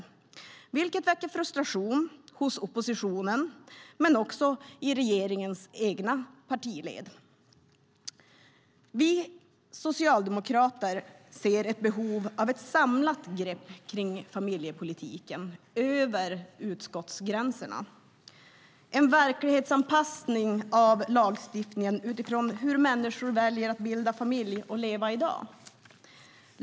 Detta väcker frustration hos oppositionen men också i regeringspartiernas egna led. Vi socialdemokrater ser ett behov av ett samlat grepp kring familjepolitiken över utskottsgränserna, en verklighetsanpassning av lagstiftningen utifrån hur människor väljer att leva i dag.